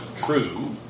True